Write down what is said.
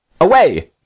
Away